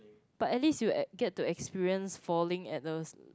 but at least you at get to experience falling at the